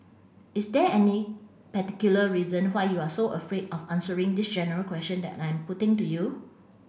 is there any particular reason why you are so afraid of answering this general question that I'm putting to you